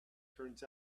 turns